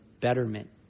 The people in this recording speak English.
betterment